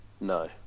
no